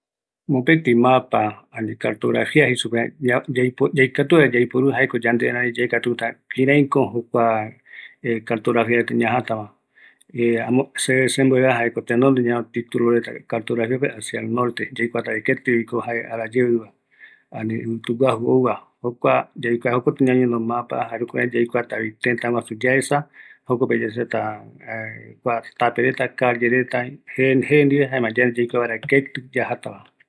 Mopetɨ mapa, jaeko yaikatuta ñaja, yekata calle reta je, jare ketïko ñaiva, jukuraï yaikua vaeravi ketïko yajatava, opaete mapa öime guinoi tëtäreta, yaikua vaera yaguata